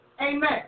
Amen